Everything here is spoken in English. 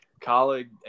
colleague